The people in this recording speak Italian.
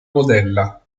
modella